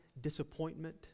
disappointment